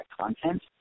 content